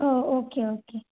oh okay okay